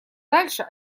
дальше